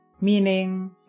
meaning